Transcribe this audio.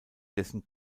dessen